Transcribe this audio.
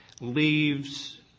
leaves